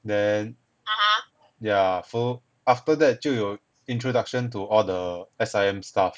then yah so after that 就有 introduction to all the S_I_M stuff